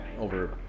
over